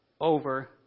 over